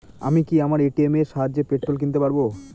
আমি কি আমার এ.টি.এম এর সাহায্যে পেট্রোল কিনতে পারব?